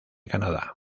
canadá